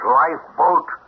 lifeboat